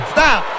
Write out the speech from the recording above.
Stop